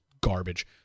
garbage